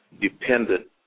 dependent